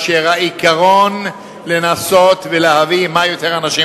והעיקרון, לנסות להביא כמה שיותר אנשים